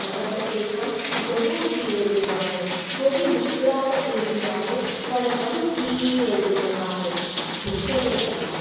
पर उते कमु ज़रूरु थी वेंदो आहे थोरी मुश्किलात ईंदी आहे पर कमु थी वेंदो आहे जेकॾहिं असां